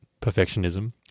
perfectionism